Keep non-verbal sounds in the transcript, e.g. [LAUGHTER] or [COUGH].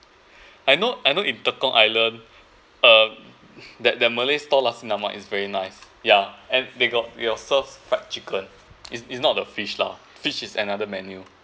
[BREATH] I know I know in Tekong island um that the malay stall nasi lemak is very nice yeah and they got it got serve fried chicken is is not the fish lah fish is another menu